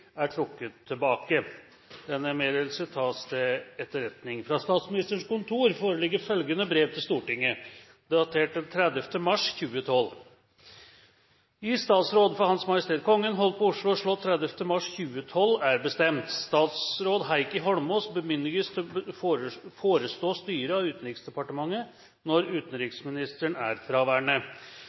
er trukket tilbake. Denne meddelelse tas til etterretning. Fra Statsministerens kontor foreligger følgende brev til Stortinget, datert 30. mars 2012: «I statsråd for H.M. Kongen holdt på Oslo slott 30. mars 2012 er bestemt: Statsråd Heikki Holmås bemyndiges til å forestå styret av Utenriksdepartementet når utenriksministeren er